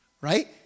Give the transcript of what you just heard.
right